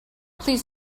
please